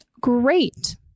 great